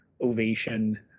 ovation